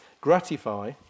gratify